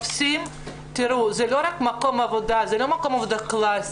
תראו, זה לא מקום עבודה קלאסי.